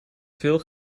veel